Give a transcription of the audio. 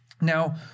Now